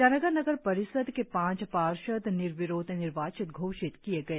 ईटानगर नगर परिषद के पांच पार्षद निर्विरोध निर्वाचित घोषित किए गए